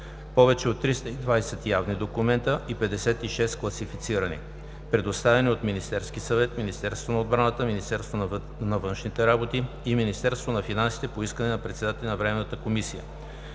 (повече от 320 явни документа и 56 класифицирани), предоставени от Министерския съвет, Министерството на отбраната, Министерството на външните работи и Министерството на финансите по искане на председателя на Времената комисия.